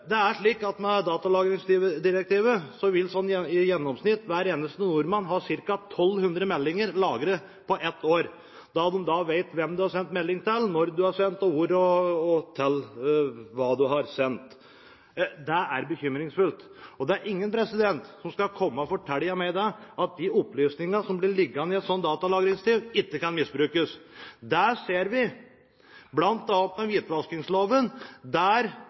vil i gjennomsnitt hver eneste nordmann ha ca. 1 200 meldinger lagret på ett år. Da vet man hvem du har sendt melding til, når du har sendt, hvor du har sendt, og hva du har sendt. Det er bekymringsfullt, og det er ingen som skal komme og fortelle meg at de opplysningene som blir liggende i et slikt datalager, ikke kan misbrukes. Det ser vi bl.a. med hvitvaskingsloven, der